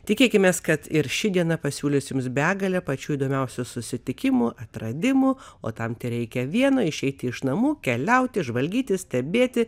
tikėkimės kad ir ši diena pasiūlys jums begalę pačių įdomiausių susitikimų atradimų o tam tereikia vieną išeiti iš namų keliauti žvalgytis stebėti